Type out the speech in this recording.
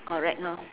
correct lor